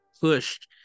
pushed